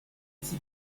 type